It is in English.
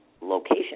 location